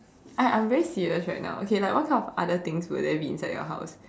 I I'm very serious right now okay like what other things will there be inside your house